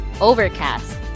Overcast